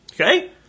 Okay